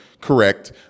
correct